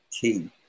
key